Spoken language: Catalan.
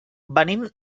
venim